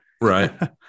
right